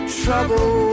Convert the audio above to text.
trouble